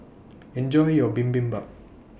Enjoy your Bibimbap